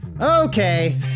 Okay